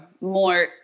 more